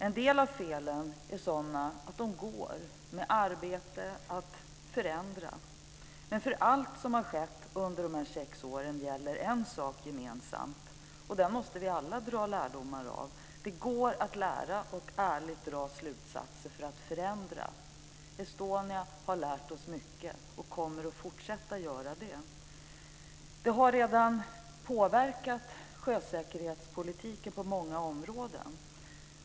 En del av felen är sådana att de går att med arbete förändra. Men för allt som har skett under de här sju åren gäller en sak gemensamt, och det måste vi alla ta till oss: Det går att lära och att ärligt dra slutsatser för att förändra. Estonia har lärt oss mycket och kommer att fortsätta att göra det. Det här har redan påverkat sjösäkerhetspolitiken på många områden.